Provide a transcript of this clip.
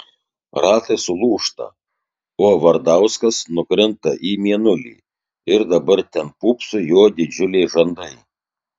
ratai sulūžta o vardauskas nukrinta į mėnulį ir dabar ten pūpso jo didžiuliai žandai